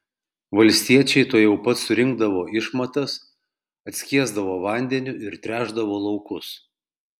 valstiečiai tuojau pat surinkdavo išmatas atskiesdavo vandeniu ir tręšdavo laukus